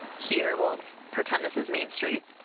here, we'll pretend this is main street,